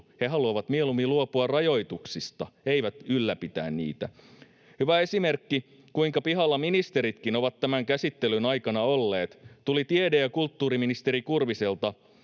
He haluavat mieluummin luopua rajoituksista, eivät ylläpitää niitä. Hyvä esimerkki, kuinka pihalla ministeritkin ovat tämän käsittelyn aikana olleet, tuli tiede‑ ja kulttuuriministeri Kurviselta,